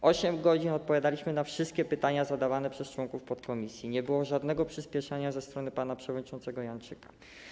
Przez 8 godzin odpowiadaliśmy na wszystkie pytania zadawane przez członków podkomisji, nie było żadnego przyspieszania ze strony pana przewodniczącego Janczyka.